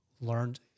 learned